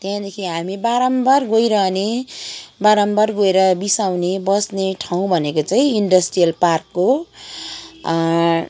त्यहाँदेखि हामी बारम्बार गइरहने बारम्बार गएर बिसाउने बस्ने ठाउँ भनेको चाहिँ इन्डस्ट्रियल पार्क हो